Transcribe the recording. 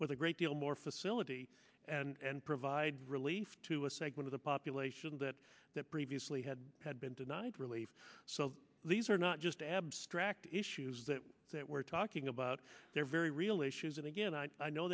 with a great deal more facility and provide relief to a segment of the population that previously had had been denied relief so these are not just abstract issues that we're talking about they're very real issues and again i know